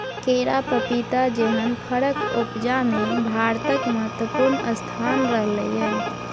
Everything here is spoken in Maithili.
केरा, पपीता जेहन फरक उपजा मे भारतक महत्वपूर्ण स्थान रहलै यै